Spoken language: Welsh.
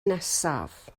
nesaf